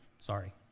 Sorry